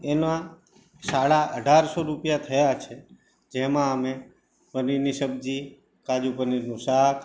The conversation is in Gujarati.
એના સાડા અઢારસો રૂપિયા થયા છે જેમાં અમે પનીરની સબ્જી કાજુ પનીરનું શાક